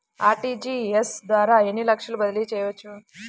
RTGS ద్వారా ఎన్ని లక్షలు బదిలీ చేయవచ్చు?